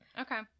okay